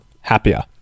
happier